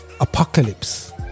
Apocalypse